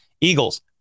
Eagles